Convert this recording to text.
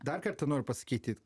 dar kartą noriu pasakyti